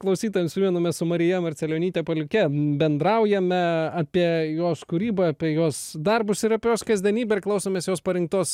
klausytojams primenu mes su marija marcelionyte puliuke bendraujame apie jos kūrybą apie jos darbus ir apie jos kasdienybę ir klausomės jos parinktos